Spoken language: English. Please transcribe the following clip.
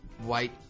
white